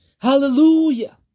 Hallelujah